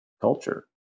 culture